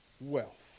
wealth